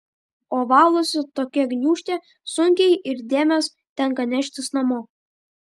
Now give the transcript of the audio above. o valosi tokia gniūžtė sunkiai ir dėmes tenka neštis namo